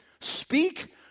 speak